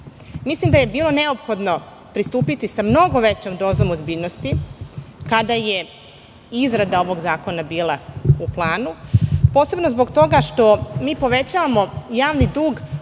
da je bilo neophodno pristupiti sa mnogo većom dozom ozbiljnositi kada je izrada ovog zakona bila u planu, posebno zbog toga što mi povećavamo javni dug